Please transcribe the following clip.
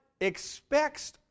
expects